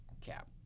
cap